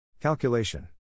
calculation